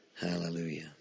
Hallelujah